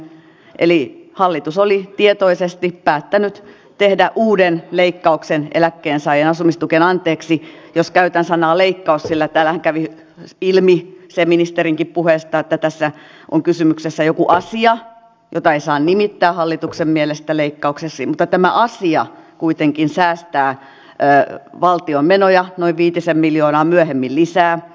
eli hallitus oli tietoisesti päättänyt tehdä uuden leikkauksen eläkkeensaajien asumistukeen anteeksi jos käytän sanaa leikkaus sillä täällähän kävi ilmi ministerinkin puheesta se että tässä on kysymyksessä joku asia jota ei saa nimittää hallituksen mielestä leikkaukseksi mutta tämä asia kuitenkin säästää valtion menoja viitisen miljoonaa myöhemmin lisää